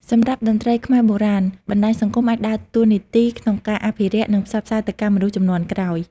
សម្រាប់តន្ត្រីខ្មែរបុរាណ បណ្ដាញសង្គមអាចដើរតួនាទីក្នុងការអភិរក្ស និងផ្សព្វផ្សាយទៅកាន់មនុស្សជំនាន់ក្រោយ។